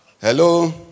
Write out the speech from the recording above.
Hello